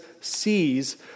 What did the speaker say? sees